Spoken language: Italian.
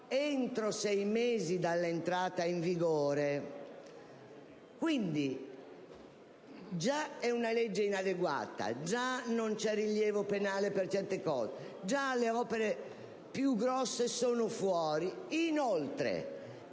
entro sei mesi dall'entrata in vigore. Quindi, già questa è una legge inadeguata, già non c'è rilievo penale per alcuni aspetti, già le opere più grandi sono escluse. Inoltre,